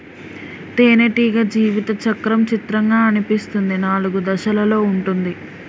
తేనెటీగ జీవిత చక్రం చిత్రంగా అనిపిస్తుంది నాలుగు దశలలో ఉంటుంది